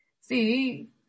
See